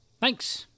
Thanks